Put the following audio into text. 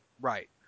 Right